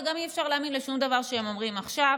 וגם אי-אפשר להאמין לשום דבר שהם אומרים עכשיו,